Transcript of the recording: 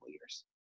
years